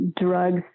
drugs